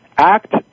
Act